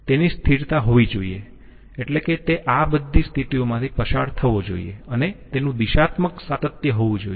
તેની સ્થિરતા હોવી જોઈયે એટલે કે તે આ બધી સ્થિતિઓ માંથી પસાર થવો જોઈયે અને તેનું દિશાત્મક સાતત્ય હોવું જોઈયે